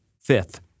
Fifth